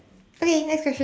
okay next question